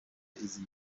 izi